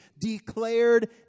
declared